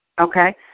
Okay